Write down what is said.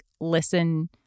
listen